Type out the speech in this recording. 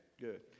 Good